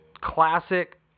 classic